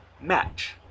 match